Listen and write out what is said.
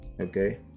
okay